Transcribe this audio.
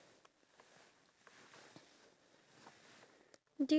do you think it would be easy for you to try